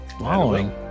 following